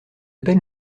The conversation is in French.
peine